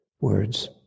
words